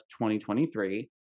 2023